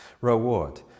reward